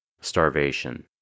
Starvation